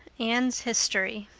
anne's history